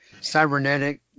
cybernetic